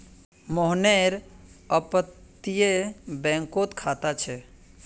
मोहनेर अपततीये बैंकोत खाता छे